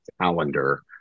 calendar